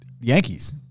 yankees